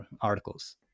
articles